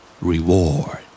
Reward